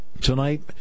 tonight